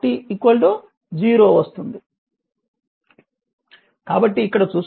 కాబట్టిఇక్కడ చూస్తే vx vL 0